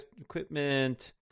equipment